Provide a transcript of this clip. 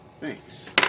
Thanks